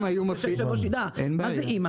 אם היו מפעילים אותן --- מה זה אם?